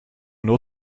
nur